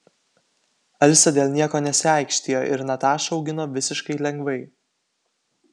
alisa dėl nieko nesiaikštijo ir natašą augino visiškai lengvai